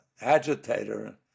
agitator